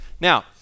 Now